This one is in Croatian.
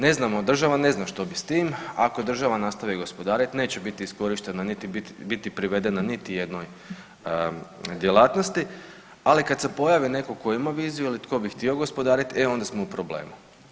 Ne znamo, država ne zna što bi s tim, ako država nastavi gospodariti neće biti iskorišteno, niti biti privedeno niti jednoj djelatnosti, ali kad se pojavi netko tko ima viziju ili tko bi htio gospodarit e onda smo u problemu.